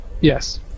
Yes